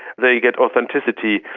they get authenticity.